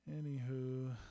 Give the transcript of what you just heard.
anywho